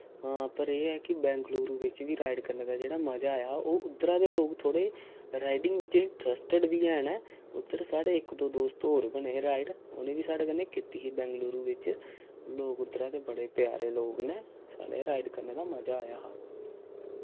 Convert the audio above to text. हां पर एह् ऐ कि बैंगलुरु बिच वी राइड करने दा जेह्ड़ा मजा आया हा ओ उद्धरा दे लोक थोह्ड़े राइडिंग विच इंटरस्टड़ बी ऐ नै उद्धर साढ़े इक दो दोस्त बने हे राइड उ'नें बी साढ़े कन्नै कीती ही बैंगलुरु बिच लोक उद्धरा दे बड़े प्यारे लोक न साढ़े राइड करने दा मजा आया हा